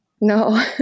No